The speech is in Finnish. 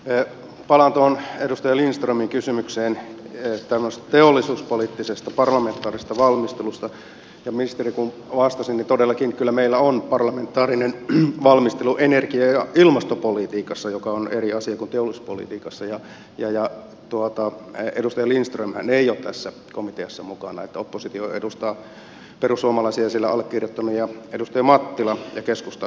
palaan tuohon edustaja lindströmin kysymykseen tämmöisestä teollisuuspoliittisesta parlamentaarisesta valmistelusta ja ministeri kun vastasi niin todellakin kyllä meillä on parlamentaarinen valmistelu energia ja ilmastopolitiikassa joka on eri asia kuin teollisuuspolitiikka ja edustaja lindströmhän ei ole tässä komiteassa mukana vaan oppositiota edustaa siellä perussuomalaisista allekirjoittanut sekä edustaja mattila ja keskustasta sitten kaksi muuta